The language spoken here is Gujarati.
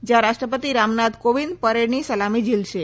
જ્યાં રાષ્ટ્રપતિ રામનાથ કોવિંદ પરેડની સલામી ઝીલશે